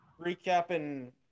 Recapping